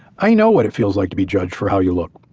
i know what it feels like to be judged for how you look,